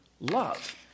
love